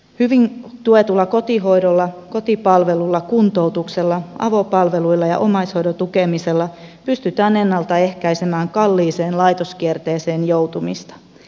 hyvin tuetulla kotihoidolla kotipalvelulla kuntoutuksella avopalveluilla ja omaishoidon tukemisella pystytään ennalta ehkäisemään kalliiseen laitoskierteeseen joutumista